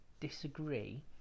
disagree